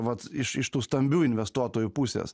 vat iš iš tų stambių investuotojų pusės